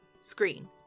screen